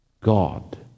God